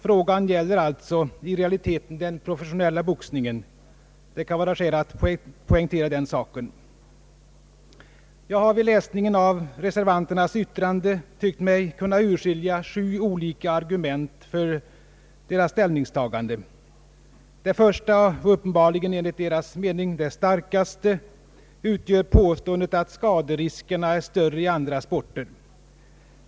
Frågan gäller alltså i realiteten den professionella boxningen — det kan vara skäl att poängtera den saken. Jag har vid läsningen av reservanternas yttrande tyckt mig kunna urskilja sju olika argument till försvar för deras ställningstagande. Det första, och uppenbarligen enligt deras mening det starkaste, utgör påståendet att skaderiskerna är större i andra sportgrenar.